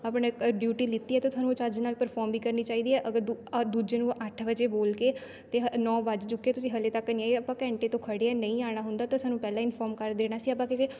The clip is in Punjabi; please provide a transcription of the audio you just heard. ਆਪਣੇ ਡਿਊਟੀ ਲਿਤੀ ਆ ਤਾਂ ਤੁਹਾਨੂੰ ਚੱਜ ਨਾਲ਼ ਪਰਫੋਮ ਵੀ ਕਰਨੀ ਚਾਹੀਦੀ ਹੈ ਅਗਰ ਦੂ ਦੂਜੇ ਨੂੰ ਅੱਠ ਵਜੇ ਬੋਲ ਕੇ ਅਤੇ ਨੌ ਵੱਜ ਚੁੱਕੇ ਤੁਸੀਂ ਹਾਲੇ ਤੱਕ ਨਹੀਂ ਆਏ ਆਪਾਂ ਘੰਟੇ ਤੋਂ ਖੜੇ ਹਾਂ ਨਹੀਂ ਆਉਣਾ ਹੁੰਦਾ ਤਾਂ ਸਾਨੂੰ ਪਹਿਲਾਂ ਇਨਫੋਮ ਕਰ ਦੇਣਾ ਸੀ ਆਪਾਂ ਕਿਸੇ